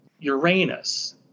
Uranus